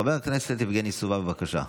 חבר הכנסת יבגני סובה, בבקשה.